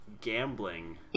gambling